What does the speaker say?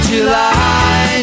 July